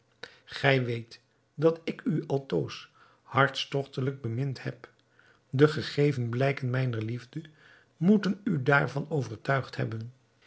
gij weet dat ik u altoos hartstogtelijk bemind heb de gegeven blijken mijner liefde moeten u daarvan overtuigd hebben